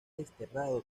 desterrado